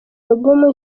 alubumu